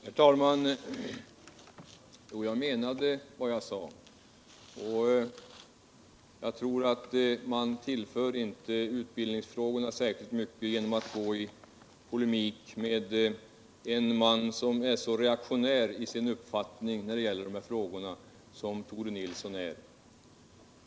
Herr talman! Jo, jag menade vad jag sade. Jag tror inte att man tillför utbildningsfrågorna särskilt mycket genom att gå i polemik med en man som är så reaktionär i sin uppfattning när det gäller dessa frågor som Tore Nilsson är.